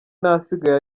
nasigaye